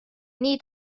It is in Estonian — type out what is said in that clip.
nii